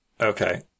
Okay